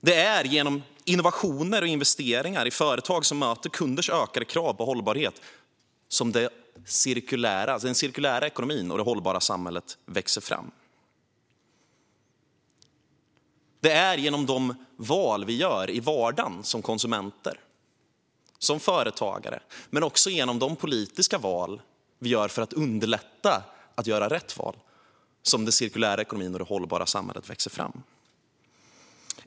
Det är genom innovationer och investeringar i företag som möter kunders ökade krav på hållbarhet som den cirkulära ekonomin och det hållbara samhället växer fram. Det är genom de val vi gör i vardagen, som konsumenter och som företagare, som den cirkulära ekonomin och det hållbara samhället växer fram. Men det sker också genom de politiska val vi gör för att underlätta för människor att göra rätt val.